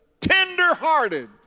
Tender-hearted